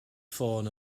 ffôn